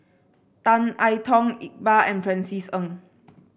Tan I Tong Iqbal and Francis Ng